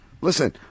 Listen